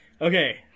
Okay